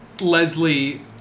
Leslie